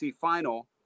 final